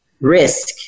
risk